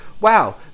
Wow